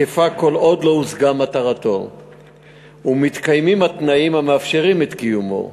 תקפה כל עוד לא הושגה מטרתו ומתקיימים התנאים המאפשרים את קיומו.